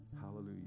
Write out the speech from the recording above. Hallelujah